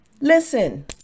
Listen